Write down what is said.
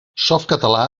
softcatalà